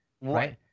right